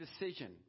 decision